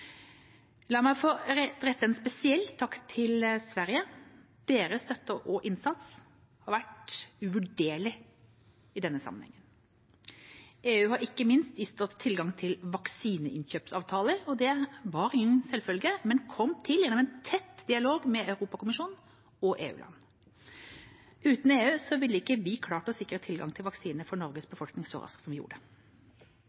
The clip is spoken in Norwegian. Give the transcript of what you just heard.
La meg få rette en spesiell takk til Sverige. Deres støtte og innsats har vært uvurderlig i denne sammenheng. EU har ikke minst gitt oss tilgang til vaksineinnkjøpsavtaler. Det var ingen selvfølge, men kom til gjennom tett dialog med Europakommisjonen og EU-land. Uten EU ville vi ikke klart å sikre tilgang til vaksiner for Norges